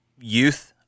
youth